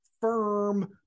firm